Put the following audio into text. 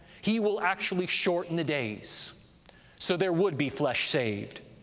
he will actually shorten the days so there would be flesh saved.